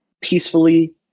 peacefully